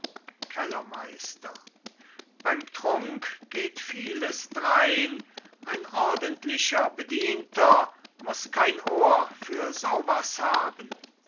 kellermeister beim trunk geht vieles drein ein ordentlicher bedienter muß kein ohr für so was haben